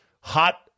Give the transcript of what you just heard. hot